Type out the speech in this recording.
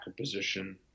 position